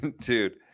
Dude